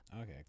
okay